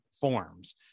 forms